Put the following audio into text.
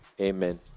Amen